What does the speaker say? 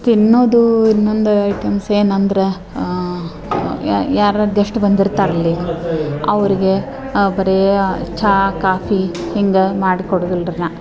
ತಿನ್ನೋದು ಇನ್ನೊಂದು ಐಟೆಮ್ಸ್ ಏನಂದ್ರೆ ಯಾರಾರೂ ಗೆಸ್ಟ್ ಬಂದಿರ್ತಾರೆ ಅಲ್ಲಿ ಅವರಿಗೆ ಬರೀ ಚಹಾ ಕಾಫಿ ಹಿಂಗೆ ಮಾಡಿಕೊಡುವುದಿಲ್ಲ ರೀ ನಾನು